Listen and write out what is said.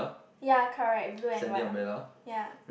ya correct blue and white umbrella ya